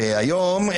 והיום,